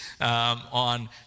on